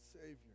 Savior